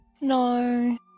No